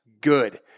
good